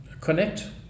connect